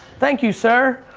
thank you sir.